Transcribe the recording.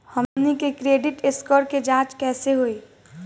हमन के credit score के जांच कैसे होइ?